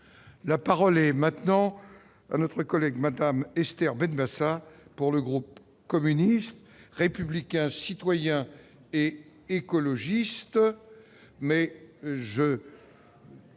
la parole est maintenant notre collègue Madame Esther ben ça pour le groupe communiste, républicain, citoyen et écologiste